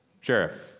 sheriff